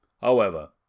However